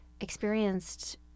experienced